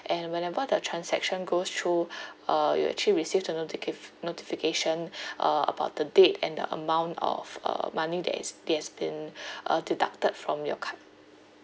and whenever the transaction goes through uh you'll actually receive the noticif~ notification uh about the date and the amount of uh money that is that has been uh deducted from your card